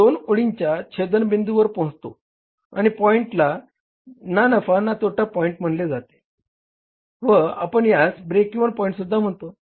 आपण दोन ओळींच्या छेदनबिंदूवर पोहोचतो आणि पॉईंटला ना नफा ना तोटा पॉईंट म्हटले जाते व आपण यास ब्रेक इव्हन पॉईँसुद्धा म्हणतो